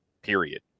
period